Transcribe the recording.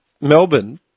Melbourne